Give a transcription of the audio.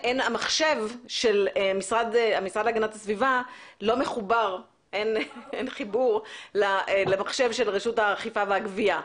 ושהמחשב של המשרד להגנת הסביבה לא מחובר למחשב של רשות האכיפה והגבייה,